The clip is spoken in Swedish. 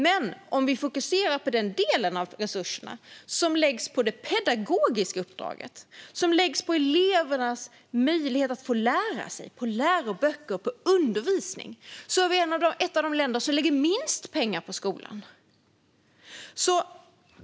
Men om vi fokuserar på den delen av resurserna som läggs på det pedagogiska uppdraget, på elevernas möjlighet att lära sig, på läroböcker och på undervisning ser vi att Sverige är ett av de länder som lägger minst pengar på skolan.